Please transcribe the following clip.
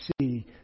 see